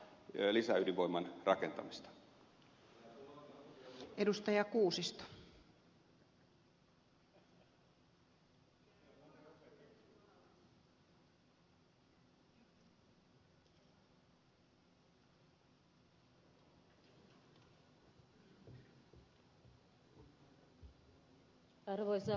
arvoisa rouva puhemies